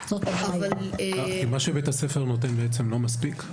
כי מה שבית הספר נותן בעצם לא מספיק?